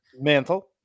Mantle